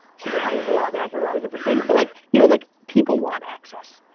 she's in the news a lot now for a lot of different things. but like, you know like people want access.